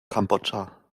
kambodscha